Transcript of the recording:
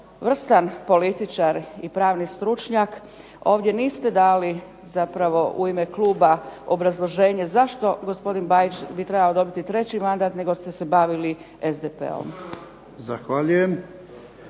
vrstan političar i pravni stručnjak ovdje niste dali zapravo u ime kluba obrazloženje zašto bi gospodin Bajić trebao dobiti treći mandat nego ste se bavili SDP-om. **Jarnjak,